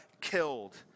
killed